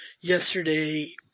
yesterday